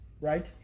right